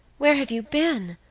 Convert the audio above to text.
where have you been?